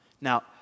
Now